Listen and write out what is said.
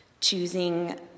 choosing